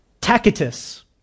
tacitus